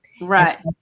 Right